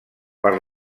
per